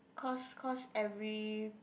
cause cause every